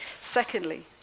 Secondly